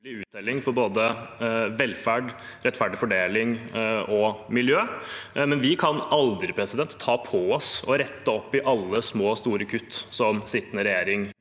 for både velferd, rettferdig fordeling og miljø. Men vi kan aldri ta på oss å rette opp i alle små og store kutt som sittende regjering